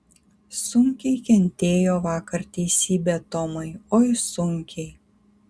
sunkiai kentėjo vakar teisybė tomai oi sunkiai